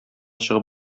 чыгып